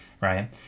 Right